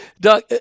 Doug